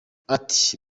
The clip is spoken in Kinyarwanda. ati